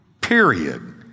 period